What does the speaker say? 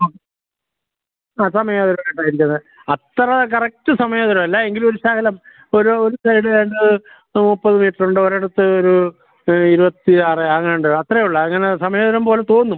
ആ സമചതുരത്തിലാണ് ഇരിക്കുന്നത് അത്ര കറക്റ്റ് സമചതുരം അല്ല എങ്കിലും ഒരു ശകലം ഒരു ഒരു സൈഡ് അത് മുപ്പത് മീറ്റർ ഉണ്ട് ഒരിടത്ത് ഒരു ഇരുപത്തിയാറ് എങ്ങാണ്ട് അത്രയേ ഉള്ളൂ അങ്ങനെ സമചതുരം പോലെ തോന്നും